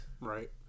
Right